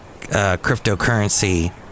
cryptocurrency